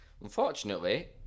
unfortunately